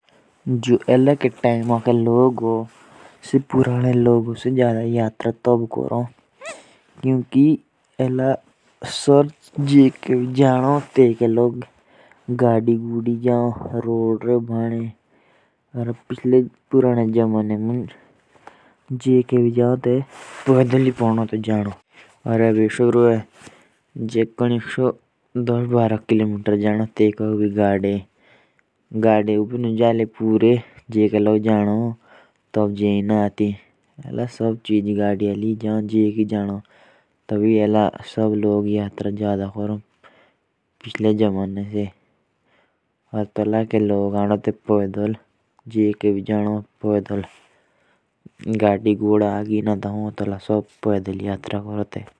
जो आज के लोग हैं। वो तब करते हैं जादा यात्रा क्योंकि आज सड़क बन चुकी है। और पहले पैदल यात्रा करनी पड़ती थी।